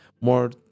more